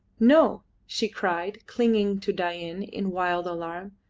no! she cried, clinging to dain in wild alarm.